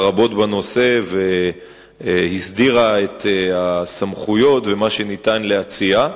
רבות בנושא והסדירה את הסמכויות ומה שניתן להציע.